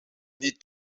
niet